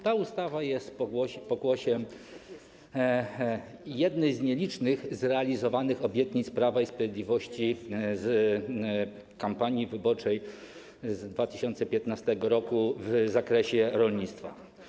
Ta ustawa jest pokłosiem jednej z nielicznych zrealizowanych obietnic Prawa i Sprawiedliwości z kampanii wyborczej z 2015 r. w zakresie rolnictwa.